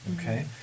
okay